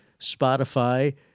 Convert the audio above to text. Spotify